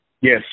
Yes